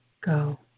go